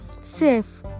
safe